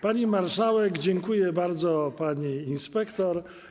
Pani marszałek dziękuje bardzo pani inspektor.